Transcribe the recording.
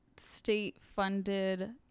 state-funded